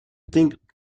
think